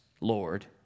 Lord